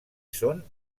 són